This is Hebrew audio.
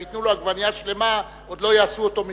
אם ייתנו לו עגבנייה שלמה עוד לא יעשו אותו מיליונר.